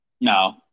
No